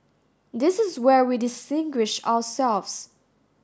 this is where we distinguish ourselves